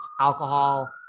alcohol